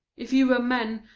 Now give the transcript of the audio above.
if you were men,